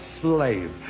slave